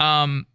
um